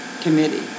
committee